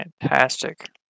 Fantastic